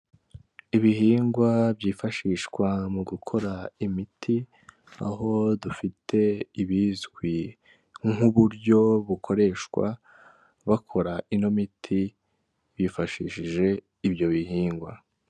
Ibihingwa byifashishwa mu gukora imiti, aho dufite ibizwi nk'uburyo bukoreshwa bakora ino miti bifashishije ibyo bihingwa.